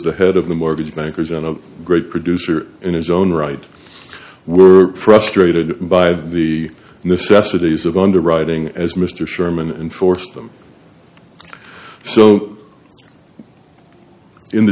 the head of the mortgage bankers on a great producer in his own right were frustrated by the necessities of underwriting as mr sherman enforced them so in the